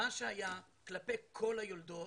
מה שהיה כלפי כל היולדות,